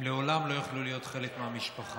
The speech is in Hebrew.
הם לעולם לא יוכלו להיות חלק מהמשפחה.